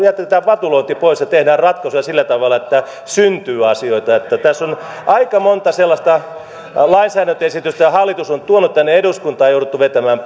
jätetään vatulointi pois ja tehdään ratkaisuja sillä tavalla että syntyy asioita tässä on aika monta sellaista lainsäädäntöesitystä jotka hallitus on tuonut tänne eduskuntaan ja jotka on jouduttu vetämään